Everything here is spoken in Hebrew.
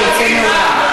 הוא יוצא מהאולם.